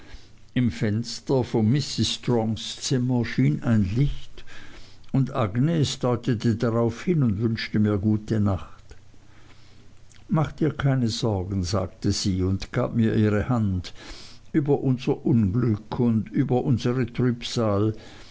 im fenster von mrs strongs zimmer schien ein licht und agnes deutete darauf hin und wünschte mir gute nacht mache dir keine sorgen sagte sie und gab mir ihre hand über unser unglück und über unsre trübsal